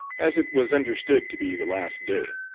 as it was understood to be the last day.